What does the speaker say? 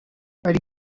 ari